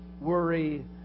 worry